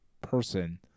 person